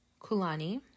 kulani